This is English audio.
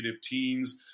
teens –